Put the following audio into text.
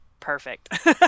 perfect